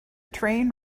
train